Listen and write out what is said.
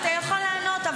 אתה יכול לענות,